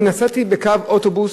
אני נסעתי בקו אוטובוס,